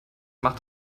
macht